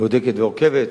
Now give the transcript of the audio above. בודקת ועוקבת